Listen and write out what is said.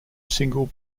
single